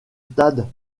stades